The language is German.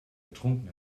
getrunken